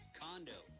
condo